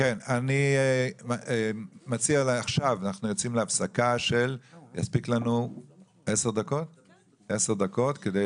אנחנו יוצאים להפסקה של 10 דקות כדי